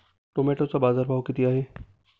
टोमॅटोचा बाजारभाव किती आहे?